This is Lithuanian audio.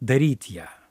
daryt ją